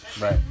Right